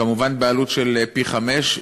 כמובן בעלות של פי-חמישה,